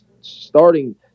starting